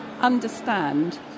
understand